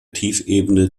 tiefebene